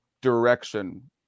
direction